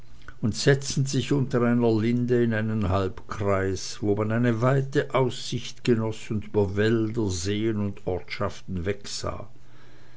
und setzten sich unter einer linde in einen halbkreis wo man eine weite aussicht genoß und über wälder seen und ortschaften wegsah